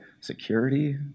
security